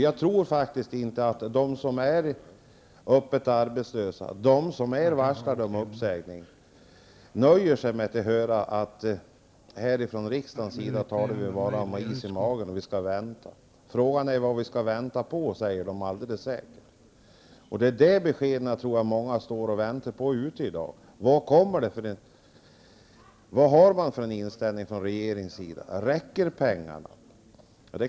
Jag tror inte att de som är öppet arbetslösa och de som är varslade om uppsägning nöjer sig med att höra att vi ifrån riksdagens sida bara talar om att man skall ha is i magen och vänta. De frågar säkert vad de skall vänta på. Jag tror att många väntar på ett besked i dag om vilken inställning man har ifrån regeringen och om pengarna räcker.